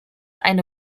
eine